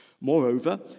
Moreover